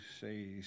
say